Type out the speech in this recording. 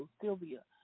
Sylvia